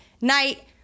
night